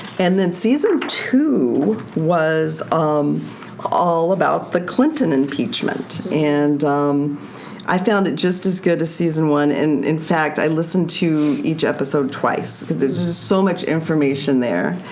and then season two was um all about the clinton impeachment and i found it just as good as season one. in in fact, i listened to each episode twice. there's just so much information there.